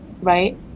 right